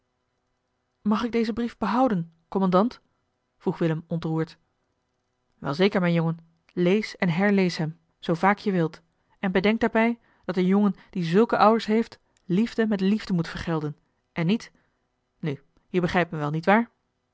mag ik dezen brief behouden kommandant vroeg willem ontroerd wel zeker mijn jongen lees en herlees hem zoo vaak je wilt en bedenk daarbij dat een jongen die zulke ouders heeft liefde met liefde moet vergelden en niet nu je begrijpt me wel niet waar